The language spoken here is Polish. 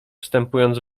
wstępując